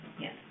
yes